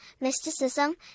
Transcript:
mysticism